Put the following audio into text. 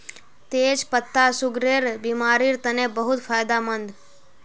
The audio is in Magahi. तेच पत्ता सुगरेर बिमारिर तने बहुत फायदामंद